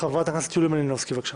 חברת הכנסת יוליה מלינובסקי, בבקשה.